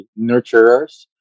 nurturers